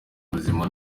ubuzima